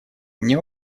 мне